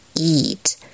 eat